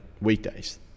weekdays